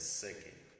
second